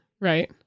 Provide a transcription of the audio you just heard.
right